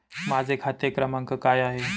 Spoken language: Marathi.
माझा खाते क्रमांक काय आहे?